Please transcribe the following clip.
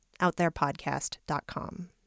outtherepodcast.com